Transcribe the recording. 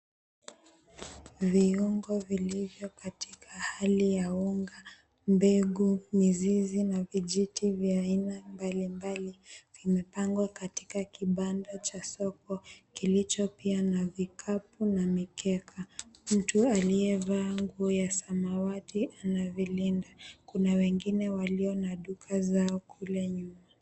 Viungo vilivyo katika hali ya unga, mbegu, mizizi na vijiti vya aina mbalimbali vimepangwa katika kibanda cha soko, kilicho pia na vikapu na mikeka. Mtu aliyevaa nguo ya samawati anavilinda. Kuna wengine walio na duka zao kule nyuma.